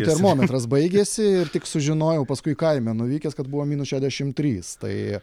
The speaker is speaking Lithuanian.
termometras baigėsi ir tik sužinojau paskui kaime nuvykęs kad buvo minus šešiasdešimt trys tai